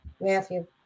Matthew